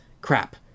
Crap